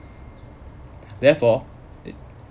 therefore